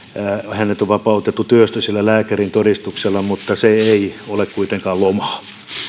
henkilö on vapautettu työstä sillä lääkärintodistuksella mutta se ei ole kuitenkaan lomaa